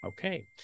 Okay